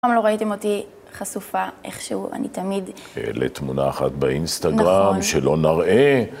למה לא ראיתם אותי חשופה איכשהו? אני תמיד... העלית תמונה אחת באינסטגרם שלא נראה.